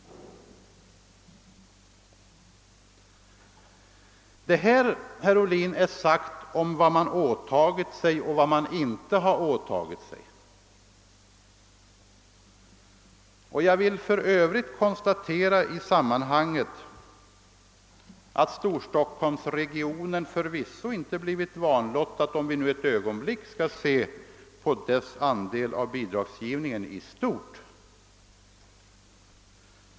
Detta är sagt om vad man åtagit sig och inte åtagit sig. För övrigt vill jag i sammanhanget konstatera att Storstockholmsregionen förvisso inte blivit vanlottad, om vi ett ögonblick skall se till dess andel av bidragsgivningen i stort.